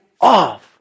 off